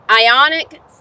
Ionic